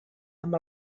amb